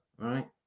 right